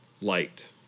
light